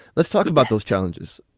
let's talk about those challenges